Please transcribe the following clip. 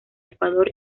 ecuador